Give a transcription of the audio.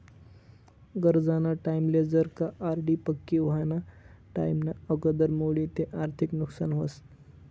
गरजना टाईमले जर का आर.डी पक्की व्हवाना टाईमना आगदर मोडी ते आर्थिक नुकसान व्हस